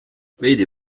veidi